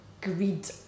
greed